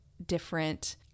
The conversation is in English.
different